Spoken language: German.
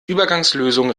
übergangslösung